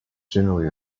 generally